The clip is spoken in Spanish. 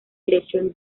dirección